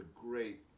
great